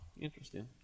Interesting